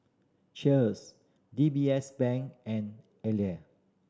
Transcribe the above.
Cheers D B S Bank and